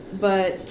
but-